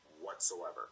whatsoever